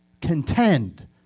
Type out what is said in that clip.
Contend